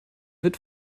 wird